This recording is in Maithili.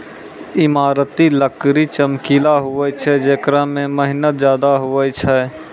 ईमारती लकड़ी चमकिला हुवै छै जेकरा मे मेहनत ज्यादा हुवै छै